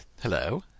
Hello